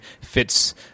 fits